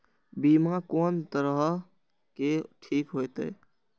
बीमा कोन तरह के ठीक होते?